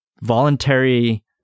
voluntary